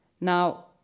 Now